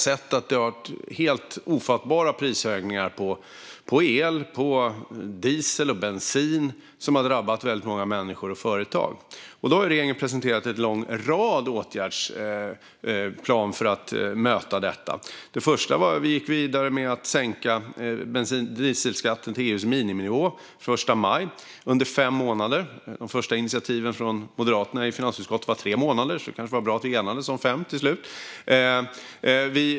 De helt ofattbara prishöjningarna på el, diesel och bensin har drabbat väldigt många människor och företag. Regeringen har presenterat en lång åtgärdsplan för att möta dessa höjningar. Först gick vi vidare med sänkt dieselskatt på EU:s miniminivå under fem månader från och med den 5 maj. De första initiativen från Moderaterna i finansutskottet avsåg tre månader, men det kanske var bra att vi enades om fem till slut.